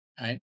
right